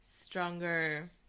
stronger